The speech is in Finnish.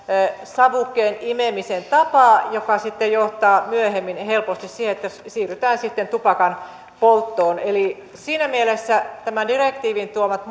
savukkeen imemisen tapaa joka sitten johtaa myöhemmin helposti siihen että siirrytään sitten tupakanpolttoon siinä mielessä tämän direktiivin tuomat